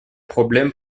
problème